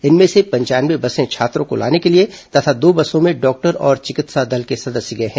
इनमें से पंचानवे बसें छात्रों को लाने के लिए तथा दो बसों में डॉक्टर और चिकित्सा दल के सदस्य गए हैं